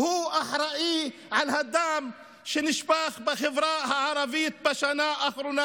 הוא אחראי על הדם שנשפך בחברה הערבית בשנה האחרונה.